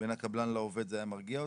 בין הקבלן לעובד זה היה מרגיע אותך?